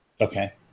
Okay